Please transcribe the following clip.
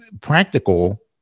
practical